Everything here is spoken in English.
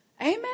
Amen